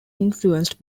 influenced